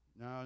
no